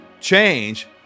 change